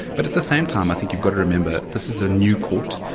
but at the same time i think you've got to remember this is a new court.